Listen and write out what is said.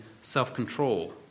self-control